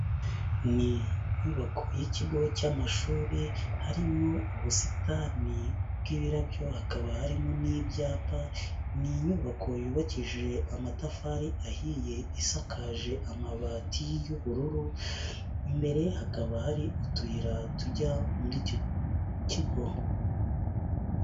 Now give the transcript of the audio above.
Ni inyubako y'ikigo cy'amashuri, harimo ubusitani bw'ibirabyo, hakaba harimo n'ibyapa, ni inyubako yubakishije amatafari ahiye, isakaje amabati y'ubururu, imbere hakaba hari utuyira tujya muri icyo kigo.